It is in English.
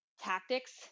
tactics